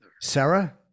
Sarah